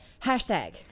hashtag